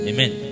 Amen